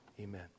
amen